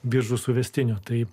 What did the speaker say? biržų suvestinio taip